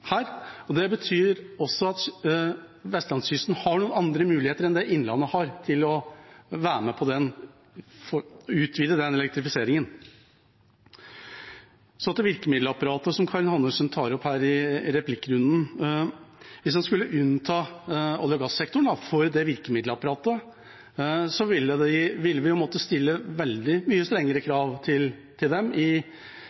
Det betyr at vestlandskysten har noen andre muligheter enn det Innlandet har til å være med på å utvide elektrifiseringen. Så til virkemiddelapparatet, som Karin Andersen tar opp i replikkrunden. Hvis en skulle unnta olje- og gassektoren fra virkemiddelapparatet, ville vi måtte stille veldig mye strengere